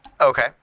Okay